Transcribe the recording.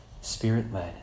Spirit-led